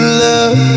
love